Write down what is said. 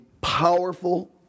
powerful